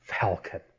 Falcon